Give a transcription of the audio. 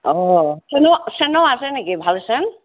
অ চেইনো চেইনো আছে নেকি ভাল চেইন